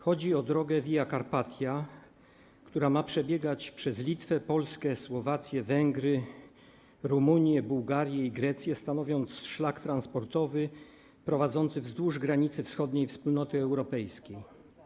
Chodzi o drogę Via Carpatia, która ma przebiegać przez Litwę, Polskę, Słowację, Węgry, Rumunię, Bułgarię i Grecję, stanowiąc szlak transportowy prowadzący wzdłuż granicy wschodniej Wspólnoty Europejskiej.